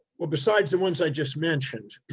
well, besides the ones i just mentioned.